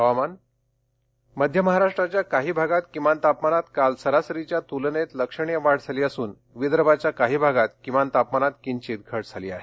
हवामान मध्य महाराष्ट्राच्या काही भागात किमान तापमानात काल सरासरीच्या तुलनेत लक्षणीय वाढ झाली असून विदर्भाच्या काही भागात किमान तापमानात किंचित घट झाली आहे